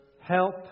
help